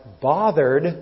bothered